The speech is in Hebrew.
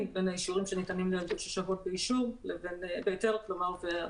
בין האישורים שניתנים לשוהות בהיתר לבין אלה שלא.